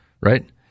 right